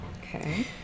Okay